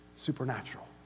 supernatural